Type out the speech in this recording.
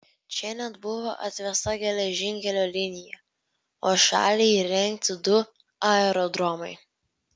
čia net buvo atvesta geležinkelio linija o šalia įrengti du aerodromai